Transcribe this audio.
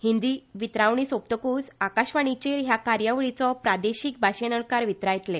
हिंदी वितरावणी सोपतकूच आकाशवाणीचेर ह्या कार्यावळीचो प्रादेशीक भाशेन अणकार वितरायतले